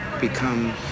become